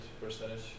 percentage